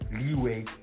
leeway